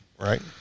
right